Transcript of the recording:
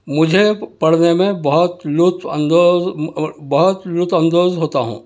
مجھے پڑھنے میں بہت لُطف اندوز بہت لُطف اندوز ہوتا ہوں